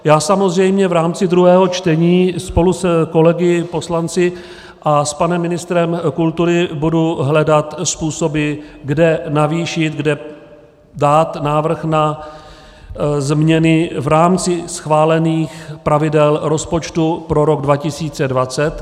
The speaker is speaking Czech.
Já samozřejmě v rámci druhého čtení spolu s kolegy poslanci a s panem ministrem kultury budu hledat způsoby, kde navýšit, kde dát návrh na změny v rámci schválených pravidel rozpočtu pro rok 2020.